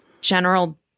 general